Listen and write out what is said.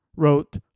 wrote